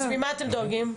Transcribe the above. אז ממה אתם דואגים?